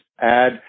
add